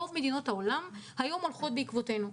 רוב מדינות העולם הולכות היום בעקבותינו,